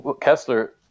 Kessler